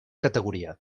categoria